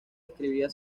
escribía